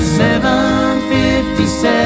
757